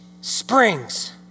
springs